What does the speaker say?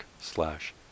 slash